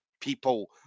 people